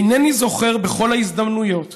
אינני זוכר בכל ההזדמנויות,